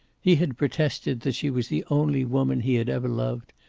he had protested that she was the only woman he had ever loved,